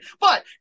But-